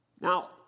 Now